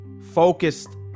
focused